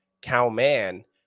cowman